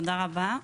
תודה רבה.